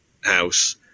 house